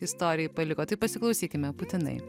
istorijai paliko tai pasiklausykime putinai